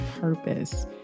purpose